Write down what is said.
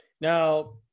now